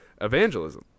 evangelism